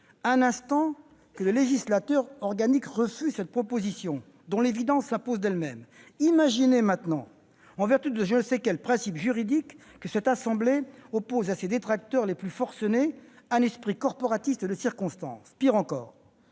un instant que le législateur organique refuse cette proposition, dont l'évidence s'impose d'elle-même. Imaginez maintenant que cette assemblée, en vertu de je ne sais quel principe juridique, oppose à ses détracteurs les plus forcenés un esprit corporatiste de circonstance. Pis encore,